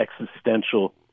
existential